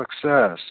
success